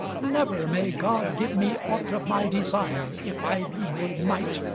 never may god give me aught of my desire if i be made knight,